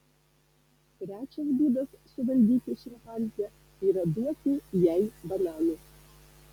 trečias būdas suvaldyti šimpanzę yra duoti jai bananų